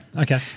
Okay